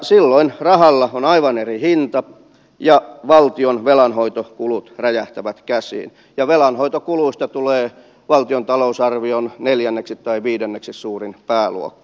silloin rahalla on aivan eri hinta ja valtion velanhoitokulut räjähtävät käsiin ja velanhoitokuluista tulee valtion talousarvion neljänneksi tai viidenneksi suurin pääluokka